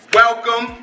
welcome